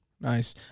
Nice